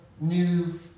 new